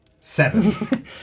seven